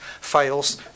fails